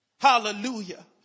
Hallelujah